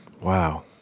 Wow